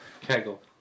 Kegel